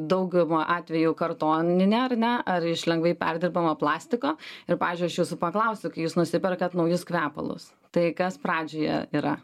dauguma atvejų kartoninė ar ne ar iš lengvai perdirbamo plastiko ir pavyzdžiui aš jūsų paklausiu kai jūs nusiperkat naujus kvepalus tai kas pradžioje yra